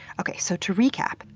okay, so to recap,